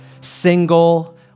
single